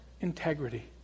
integrity